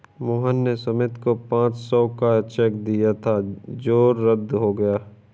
मोहन ने सुमित को पाँच सौ का चेक दिया था जो रद्द हो गया